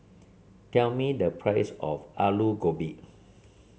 tell me the price of Aloo Gobi